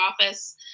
office